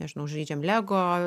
nežinau žaidžiam lego